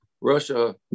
Russia